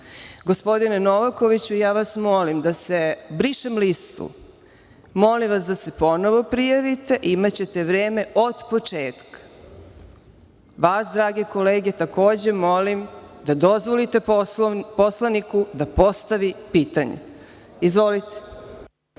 sve. Gospodine Novakoviću, ja vas molim, brišem listu, molim vas da se ponovo prijavite, imaćete vreme od početka. Vas, drage kolege, takođe molim da dozvolite poslaniku da postavi pitanje. Izvolite.